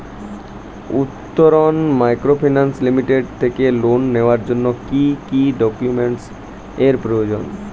Uttaran microfinance limited থেকে loan নেওয়ার জন্য কি কি ডকুমেন্টস এর প্রয়োজন?